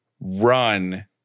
run